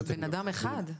בן אדם אחד.